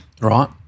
Right